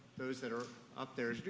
those that are up there.